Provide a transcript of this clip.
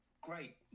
great